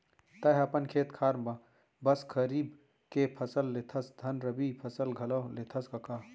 तैंहा अपन खेत खार म बस खरीफ के फसल लेथस धन रबि फसल घलौ लेथस कका?